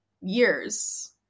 years